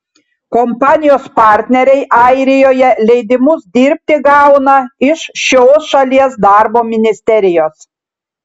kompanijos partneriai airijoje leidimus dirbti gauna iš šios šalies darbo ministerijos